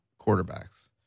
quarterbacks